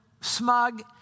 smug